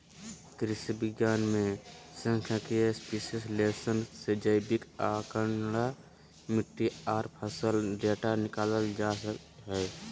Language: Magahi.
कृषि विज्ञान मे सांख्यिकीय विश्लेषण से जैविक आंकड़ा, मिट्टी आर फसल डेटा निकालल जा हय